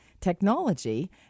technology